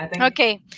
okay